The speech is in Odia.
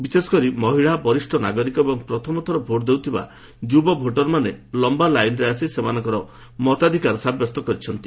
ବିଶେଷ କରି ମହିଳା ବରିଷ୍ଣ ନାଗରିକ ଏବଂ ପ୍ରଥମଥର ଭୋଟ୍ ଦେଉଥିବା ଯୁବ ଭୋଟରମାନେ ଲମ୍ଭା ଲାଇନ୍ରେ ଆସି ସେମାନଙ୍କର ମତାଧିକାର ସାବ୍ୟସ୍ତ କରିଛନ୍ତି